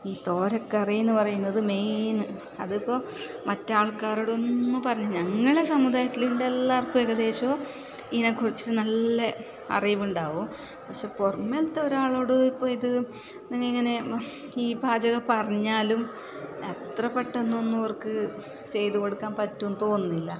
ഈ തോരക്കറീ എന്ന് പറയുന്നത് മെയിൻ അതിപ്പോൾ മറ്റ് ആൾക്കാരോടൊന്നും പറഞ്ഞ് ഞങ്ങളുടെ സമുദായത്തിൽ ഇവിടെ എല്ലാവർക്കും എകദേശം ഇതിനെക്കുറിച്ച് നല്ല അറിവുണ്ടാകും പക്ഷെ പുറമേത്തെ ഒരാളോട് ഇപ്പം ഇത് നിങ്ങൾ ഇങ്ങനെ ഈ പാചകം പറഞ്ഞാലും അത്ര പെട്ടന്നൊന്നും അവർക്ക് ചെയ്ത് കൊടുക്കാൻ പറ്റുമെന്ന് തോന്നുന്നില്ല